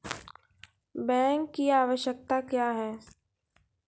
Bank की आवश्यकता क्या हैं?